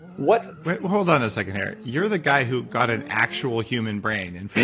what hold on a second here, you're the guy who got an actual human brain in